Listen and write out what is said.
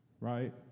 right